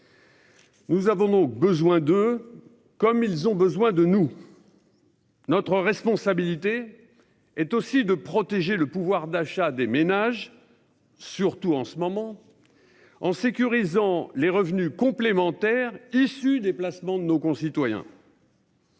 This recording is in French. Nous avons donc besoin de comme ils ont besoin de nous. Notre responsabilité. Est aussi de protéger le pouvoir d'achat des ménages, surtout en ce moment. En sécurisant les revenus complémentaires issus des placements de nos concitoyens.